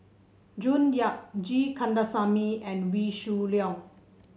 June Yap G Kandasamy and Wee Shoo Leong